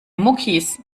muckis